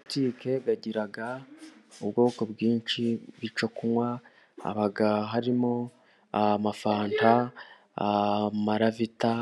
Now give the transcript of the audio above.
Butike bagira ubwoko bwinshi icyo kunywa harimo: amafanta, amaravita